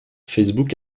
facebook